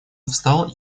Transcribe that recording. встал